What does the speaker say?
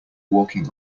walking